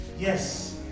Yes